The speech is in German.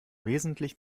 wesentlich